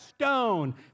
stone